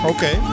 Okay